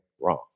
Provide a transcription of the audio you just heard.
wrong